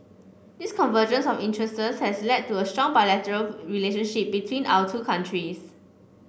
this convergence of interests has led to a strong bilateral relationship between our two countries